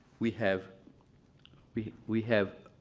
we have we we have